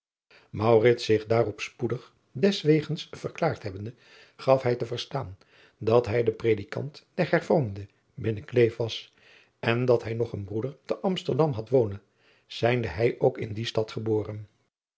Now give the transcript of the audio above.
zich daarop spoedig deswegens verklaard hebbende gaf hij te verstaan dat hij de redikant der ervormden binnen leef was en dat hij nog een broeder te msterdam had wonen zijnde hij ook in die stad geboren